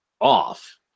off